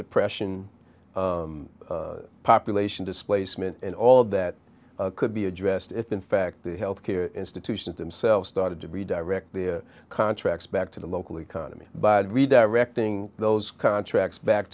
depression population displacement and all of that could be addressed if in fact the health care institutions themselves started to be direct the contracts back to the local economy by redirecting those contracts back